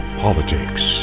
politics